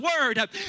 Word